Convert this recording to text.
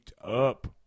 up